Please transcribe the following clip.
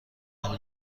تونه